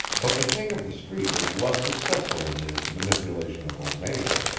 but the king of the street was less successful in his manipulation of omega.